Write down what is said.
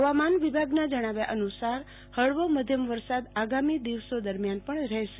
ફવામાન વિભાગના જણાવ્યા અનુ સાર ફળવો મધ્યમ વરસાદ આગામી દિવસો દરમ્યાન પણ રહેશે